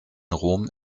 rom